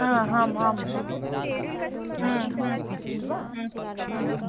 हा हाम् आं हाम्